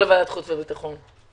רק שתדע,